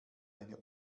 eine